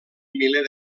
miler